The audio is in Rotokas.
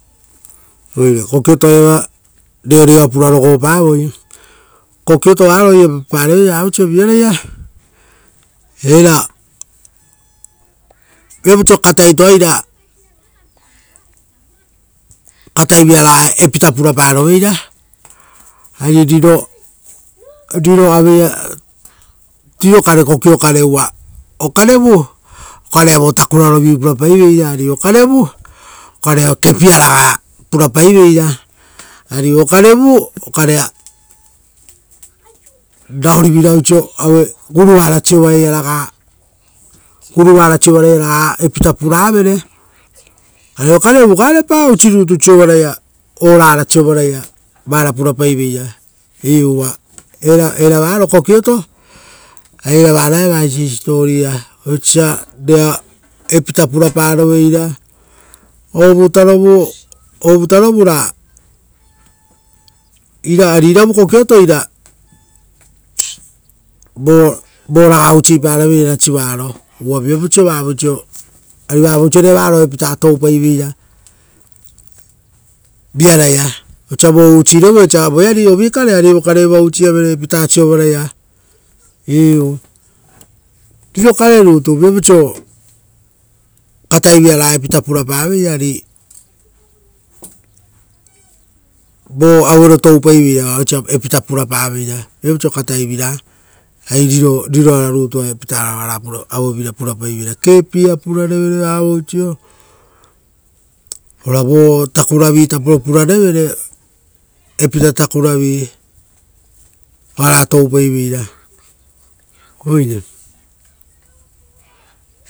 Oire kokiotoa iava reoreoa purarogopavoi kokioto varo ira papapareveira vavoisio viaraia. Viapau oisio kataitoa ira kataiviraraga epita puraparoveira. Ari rirokarea kokio kare uva okarevu okarea vo takura-rovi purapaiveira, ari okarevu okarea kepiaraga purapaiveira, ari okarevu okarea guruvara sovaraia epita puravere, ari. Okarevu oea garepavisivirutu orara sovaraia vara purapaiveira. Iu uva era varo kokioto ari era varoa eva eisi siposipoa oisio osa epita puraparoveira ovutarovu ra iravu kokioto ira voraga usiparoveira rasiuaro, uva viapaoisio vavoisio toupaiveira viaraia vo usirovere, osa voeari ovikare ari evoea evoa usiavere epita sovaraia, iu rirokarerutu viapau oisio katai vira raga epita purapaveira ari, vo auero toupaiveira oisio osia epita purapaveira, viapauoisio katai vira ari riroarutu epitara oara auevira purapaiveira, kepia purarevere vavoisio, ora vo takuravi tapo purarevere epita takuravi.